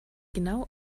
genau